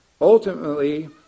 Ultimately